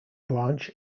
branch